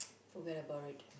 forget about it